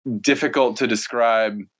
difficult-to-describe